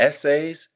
essays